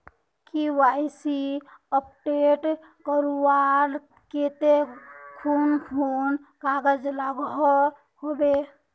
KYC update करवार केते कुन कुन कागज लागोहो होबे?